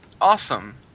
Awesome